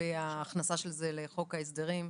לגבי ההכנסה של זה לחוק ההסדרים.